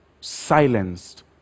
silenced